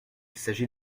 s’agit